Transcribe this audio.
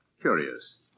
Curious